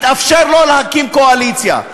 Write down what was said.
התאפשר לו להקים קואליציה.